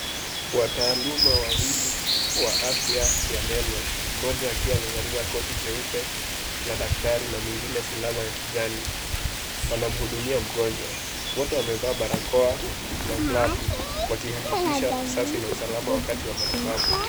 Wataaluma wawili wa afya ya meno, mmoja akiwa amevalia koti jeupe, la daktari, na mwingine fulana ya kijani. Wanamhudumia mgonjwa. Wote wamevaa barakoa, na glavu, wakihakikisha usafi na usalama wakati wa matibabu.